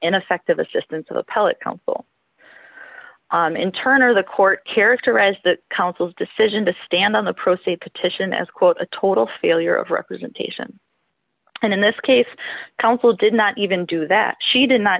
ineffective assistance of the pellet counsel in turn or the court characterized the council's decision to stand on the pro se petition as quote a total failure of representation and in this case counsel did not even do that she did not